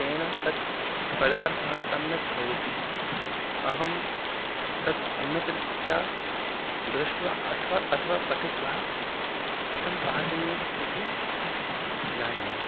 तेन तत् पदार्थः सम्यक् भवति अहं तत् सम्यक्रीत्या दृष्ट्वा अथवा अथवा पठित्वा कथं पाचनीयम् इति जानामि